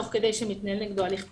תוך כדי שמתנהל נגדו הליך פלילי,